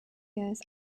years